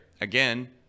again